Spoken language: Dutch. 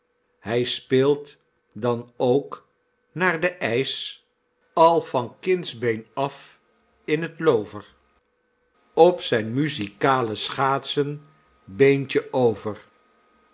hij speelt dan ook naar den eisch al van kindsbeen af in t lover op zijn muziekale schaatsen beentjen over